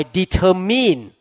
determine